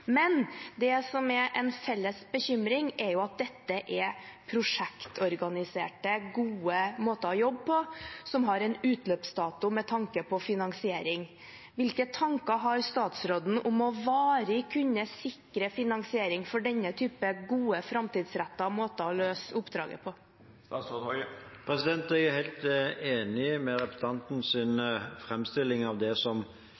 Men det som er en felles bekymring, er at dette er prosjektorganisert. Det er gode måter å jobbe på som har en utløpsdato med tanke på finansiering. Hvilke tanker har statsråden om å kunne sikre varig finansiering for denne typen gode, framtidsrettede måter å løse oppdraget på? Jeg er helt enig